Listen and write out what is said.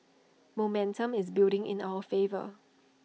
momentum is building in our favour